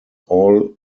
all